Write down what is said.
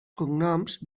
cognoms